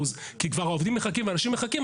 כי העובדים כבר מחכים ואנשים מחכים,